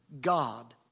God